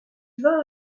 vas